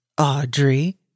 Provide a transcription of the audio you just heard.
Audrey